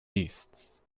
beasts